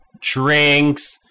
drinks